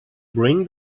bring